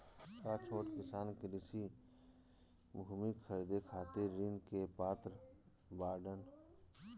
का छोट किसान कृषि भूमि खरीदे खातिर ऋण के पात्र बाडन?